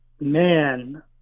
man